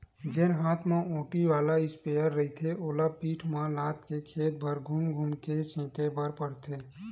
जेन हात म ओटे वाला इस्पेयर रहिथे ओला पीठ म लादके खेत भर धूम धूम के छिते बर परथे